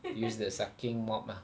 use the sucking mop ah